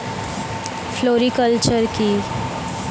Floriculture কি?